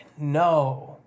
No